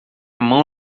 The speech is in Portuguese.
mão